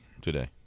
today